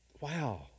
Wow